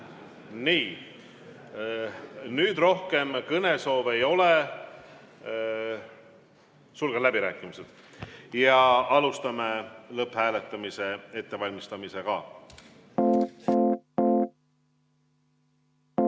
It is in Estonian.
Nii, nüüd rohkem kõnesoove ei ole. Sulgen läbirääkimised ja alustame lõpphääletamise ettevalmistamist.